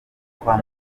kwa